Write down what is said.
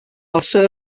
also